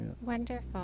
Wonderful